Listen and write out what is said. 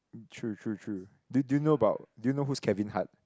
true true true do do you know about do you know who's Kevin-Hart